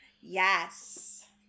Yes